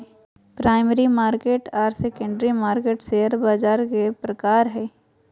primary market आर secondary market share बाज़ार के प्रकार हइ